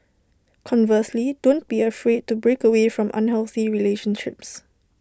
conversely don't be afraid to break away from unhealthy relationships